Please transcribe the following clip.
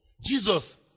Jesus